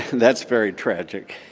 and that's very tragic.